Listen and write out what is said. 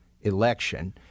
election